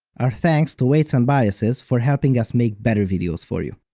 our thanks to weights and biases for helping us make better videos for you.